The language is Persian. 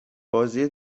بازی